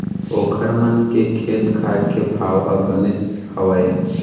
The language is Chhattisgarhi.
ओखर मन के खेत खार के भाव ह बनेच हवय